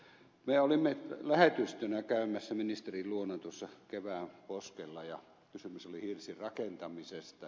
me olimme lähetystönä käymässä ministerin luona tuossa kevään poskella ja kysymys oli hirsirakentamisesta